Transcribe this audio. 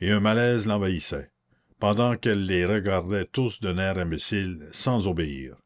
et un malaise l'envahissait pendant qu'elle les regardait tous d'un air imbécile sans obéir